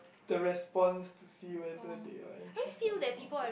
the response to see whether they are interested about that